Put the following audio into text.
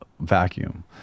vacuum